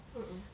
mm mm